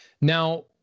now